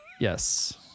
Yes